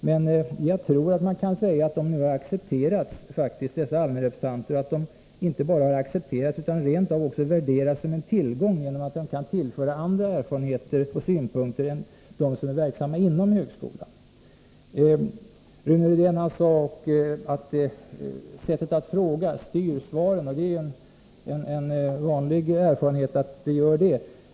Men jag tror att man kan säga att dessa allmänrepresentanter har nu accepterats och att de inte bara accepterats utan rent av värderas som en tillgång genom att de kan tillföra andra erfarenheter och synpunkter än de som är verksamma inom högskolan kan göra. Rune Rydén sade att sättet att fråga styr svaren. Det är ju en vanlig erfarenhet att det är så.